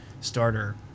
starter